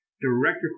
director